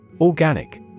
Organic